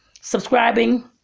subscribing